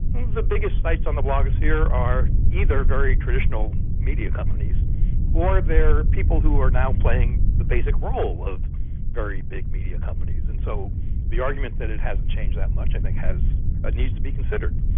the biggest sites on the blogosphere are either very traditional media companies or they're people who are now playing the basic role of very big media companies. and so the argument that it hasn't changed that much i think ah needs to be considered.